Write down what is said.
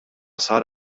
sar